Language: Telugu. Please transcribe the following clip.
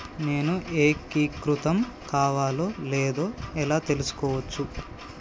నేను ఏకీకృతం కావాలో లేదో ఎలా తెలుసుకోవచ్చు?